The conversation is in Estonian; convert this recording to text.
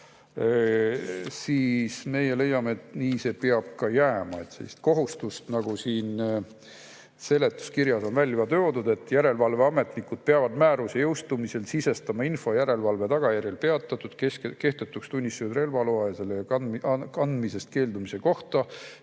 siis meie leiame, et nii see peab ka jääma. Selline kohustus, nagu siin seletuskirjas on välja toodud – "Järelevalveametnikud peavad määruse jõustumisel sisestama info järelevalve tagajärjel peatatud ja kehtetuks tunnistatud relvaloa või selle andmisest keeldumise kohta